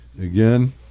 again